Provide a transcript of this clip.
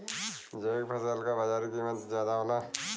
जैविक फसल क बाजारी कीमत ज्यादा होला